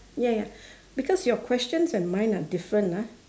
ya ya because your questions and mine are different ah